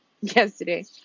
yesterday